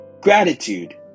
Gratitude